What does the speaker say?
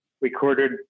recorded